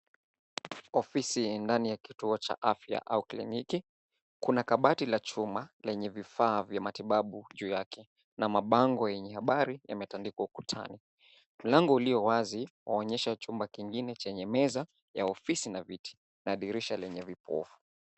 Ofisi ndani ya kituo cha afya au kliniki, kuna kabati la chuma lenye vifaa vya matibabu juu yake na mabango yenye habari yametandikwa ukutani. Mlango ulio wazi waonyesha chumba kingine chenye meza ya ofisi na viti na dirisha lenye vipofu.